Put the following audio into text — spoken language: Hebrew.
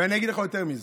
ואני אגיד לך יותר מזה: